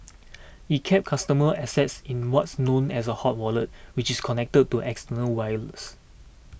it kept customer assets in what's known as a hot wallet which is connected to external wireless